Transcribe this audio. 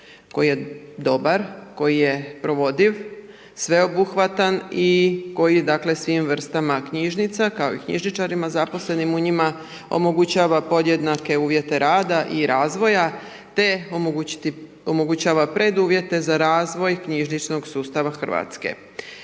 koji je dobar, koji je provodiv, sveobuhvatan i koji svim vrstama knjižnica kao i knjižničarima zaposlenim u njima omogućava podjednake uvjete rada i razvoja te omogućava preduvjete za razvoj knjižničnog sustava Hrvatske.